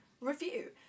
review